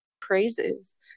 praises